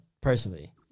personally